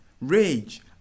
rage